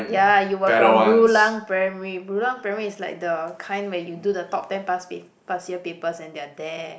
uh you were from Rulang primary Rulang primary is like the kind where you do the top ten past y~ past year papers and they're there